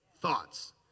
thoughts